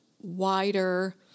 wider